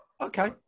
Okay